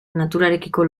naturarekiko